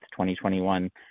2021